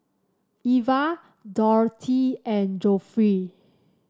Iva Dorthy and Geoffrey